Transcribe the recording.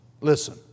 Listen